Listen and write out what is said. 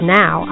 now